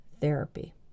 therapy